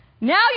Now